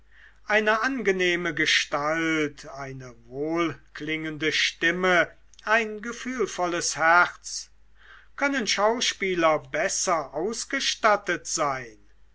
eine angenehme gestalt eine wohlklingende stimme ein gefühlvolles herz können schauspieler besser ausgestattet sein